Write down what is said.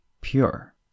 pure